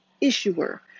issuer